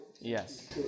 Yes